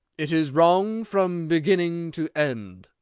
it is wrong from beginning to end,